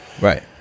right